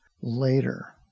later